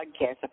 podcast